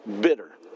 bitter